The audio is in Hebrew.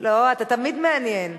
לא, אתה תמיד מעניין.